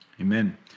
Amen